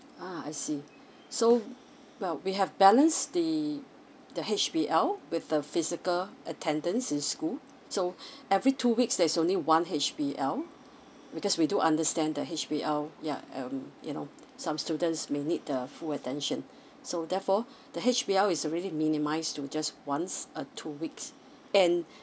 ah I see so well we have balanced the the H_B_L with the physical attendance in school so every two weeks there's only one H_B_L because we do understand the H_B_L ya um you know some students may need the full attention so therefore the H_B_L is already minimised to just once a two weeks and